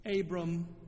Abram